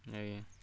ଆଜ୍ଞା